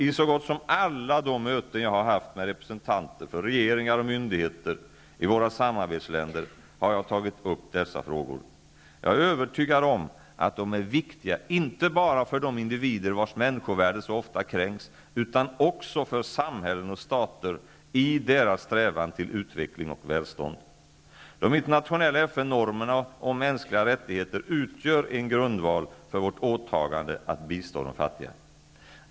I så gott som alla de möten jag haft med representanter för regeringar och myndigheter i våra samarbetsländer har jag tagit upp dessa frågor. Jag är övertygad om att de är viktiga inte bara för de individer vars människovärde så ofta kränks, utan också för samhällen och stater i deras strävan till utveckling och välstånd. De internationella FN-normerna om mänskliga rättigheter utgör en grundval för vårt åtagande att bistå de fattiga.